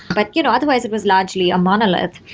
but you know otherwise, it was largely a monolith.